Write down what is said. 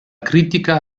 critica